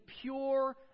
pure